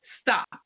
stop